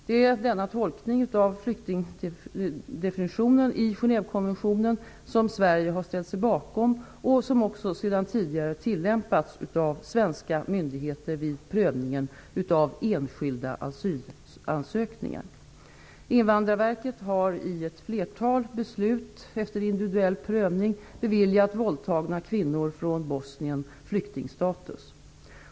Det är denna tolkning av flyktingdefinitionen i Genèvekonventionen som Sverige har ställt sig bakom och som också sedan tidigare tillämpats av svenska myndigheter vid prövningen av enskilda asylansökningar. Invandrarverket har efter individuell prövning i ett flertal beslut beviljat våldtagna kvinnor från Bosnien flyktingstatus.